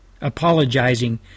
apologizing